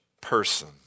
person